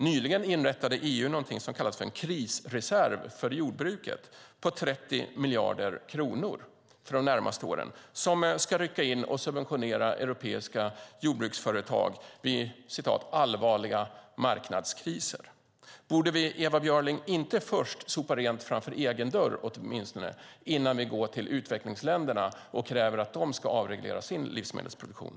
Nyligen inrättade EU någonting som kallas för en krisreserv för jordbruket på 30 miljarder kronor för de närmaste åren som ska rycka in och subventionera europeiska jordbruksföretag vid "allvarliga marknadskriser". Borde vi inte först, Ewa Björling, åtminstone sopa rent framför egen dörr innan vi går till utvecklingsländerna och kräver att de ska avreglera sin livsmedelsproduktion?